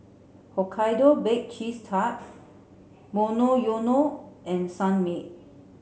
Hokkaido Baked Cheese Tart Monoyono and Sunmaid